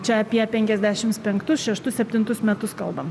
čia apie penkiasdešims penktus šeštus septintus metus kalbam